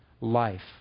Life